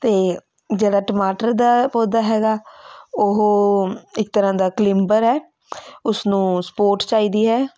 ਅਤੇ ਜਿਹੜਾ ਟਮਾਟਰ ਦਾ ਪੌਦਾ ਹੈਗਾ ਉਹ ਇੱਕ ਤਰ੍ਹਾਂ ਦਾ ਕਲਿੰਬਰ ਹੈ ਉਸਨੂੰ ਸਪੋਰਟ ਚਾਹੀਦੀ ਹੈ